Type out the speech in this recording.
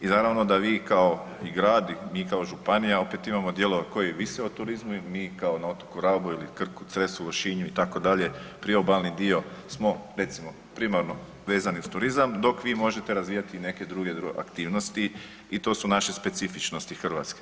I naravno da vi i kao grad i mi kao županija opet imamo dijelove koji vise o turizmu i kao na otoku Rabu ili Krku, Cresu, Lošinju itd., priobalni dio smo recimo primarno vezani uz turizam dok vi možete razvijati i neke druge aktivnosti i to su naše specifičnosti Hrvatske.